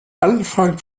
anfang